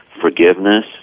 forgiveness